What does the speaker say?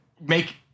make